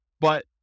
but-